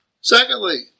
Secondly